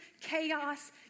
chaos